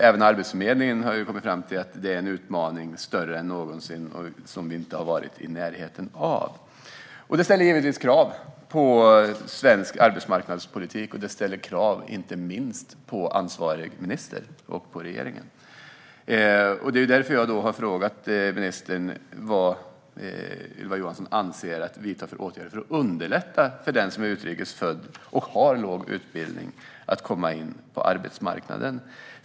Även Arbetsförmedlingen har kommit fram till att detta är en utmaning som är större än någonsin och något som vi aldrig har varit i närheten av. Det ställer givetvis krav på svensk arbetsmarknadspolitik, och det ställer inte minst krav på ansvarig minister och på regeringen. Det är därför jag har frågat ministern vad hon avser att vidta för åtgärder för att underlätta för den som är utrikes född och har låg utbildning att komma in på arbetsmarknaden.